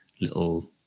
little